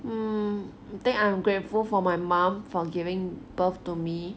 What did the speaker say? mm think I'm grateful for my mom for giving birth to me